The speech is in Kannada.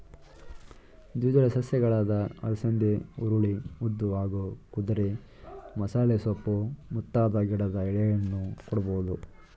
ದ್ವಿದಳ ಸಸ್ಯಗಳಾದ ಅಲಸಂದೆ ಹುರುಳಿ ಉದ್ದು ಹಾಗೂ ಕುದುರೆಮಸಾಲೆಸೊಪ್ಪು ಮುಂತಾದ ಗಿಡದ ಎಲೆಯನ್ನೂ ಕೊಡ್ಬೋದು